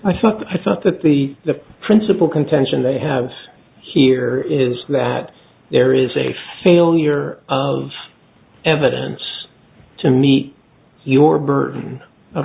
thought i thought that the the principal contention they have here is that there is a failure of evidence to meet your burden of